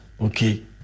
okay